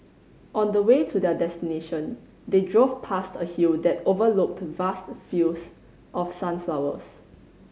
on the way to their destination they drove past a hill that overlooked vast fields of sunflowers